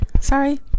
Sorry